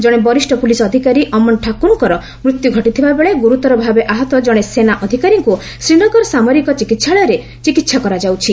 ଜଣେ ବରିଷ୍ଣ ପୁଲିସ୍ ଅଧିକାରୀ ଅମନ୍ ଠାକୁରଙ୍କର ମୃତ୍ୟୁ ଘଟିଥିବା ବେଳେ ଗୁରୁତର ଭାବେ ଆହତ ଜଣେ ସେନା ଅଧିକାରୀଙ୍କୁ ଶ୍ରୀନଗର ସାମରିକ ଚିକିତ୍ସାଳୟରେ ଚିକିତ୍ସା କରାଯାଉଛି